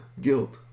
guilt